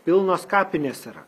pilnos kapinės yra